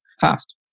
fast